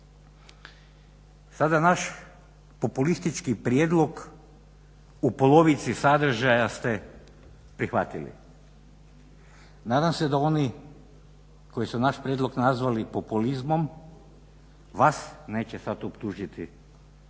Tada naš populistički prijedlog u polovici sadržaja ste prihvatili. Nadam se da oni koji su naš prijedlog nazvali populizmom vas neće sad optužiti